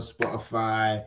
Spotify